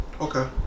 Okay